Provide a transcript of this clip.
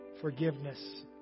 forgiveness